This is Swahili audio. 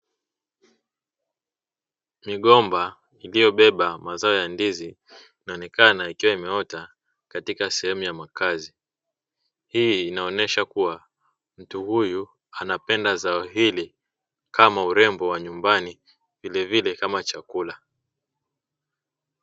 Migomba iliyobeba mazao ya ndizi inaonekana ikiwa imeota katika sehemu ya makazi. Hii inaonesha kuwa mtu huyu anapenda zao hili kama urembo wa nyumbani vilevile kama chakula.